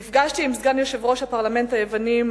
נפגשתי עם סגן יושב-ראש הפרלמנט היווני,